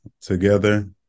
together